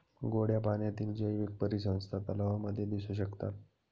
गोड्या पाण्यातील जैवीक परिसंस्था तलावांमध्ये दिसू शकतात